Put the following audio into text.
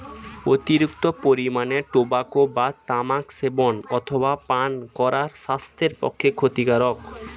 অতিরিক্ত পরিমাণে টোবাকো বা তামাক সেবন অথবা পান করা স্বাস্থ্যের পক্ষে ক্ষতিকারক